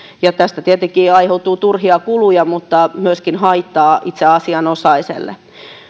tästä tietenkin aiheutuu turhia kuluja mutta myöskin haittaa itse asianosaiselle